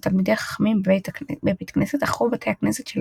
בתל רחוב,